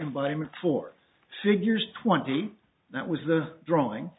environment for figures twenty that was the drawing